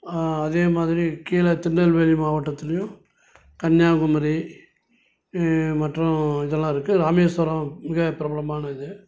அதே மாதிரி கீழே திருநெல்வேலி மாவட்டத்துலேயும் கன்னியாகுமரி மற்ற இதெல்லாம் இருக்குது இராமேஸ்வரம் மிக பிரபலமானது